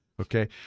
Okay